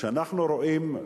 שאנחנו רואים,